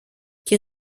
και